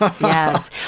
yes